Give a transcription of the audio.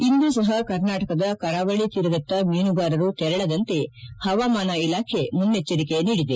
ಇಂದು ಸಹ ಕರ್ನಾಟಕದ ಕರಾವಳಿ ತೀರದತ್ತ ಮೀನುಗಾರರು ತೆರಳದಂತೆ ಹವಾಮಾನ ಇಲಾಖೆ ಮುನ್ನೆಚ್ಚರಿಕೆ ನೀಡಿದೆ